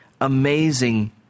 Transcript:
amazing